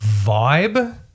vibe